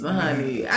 honey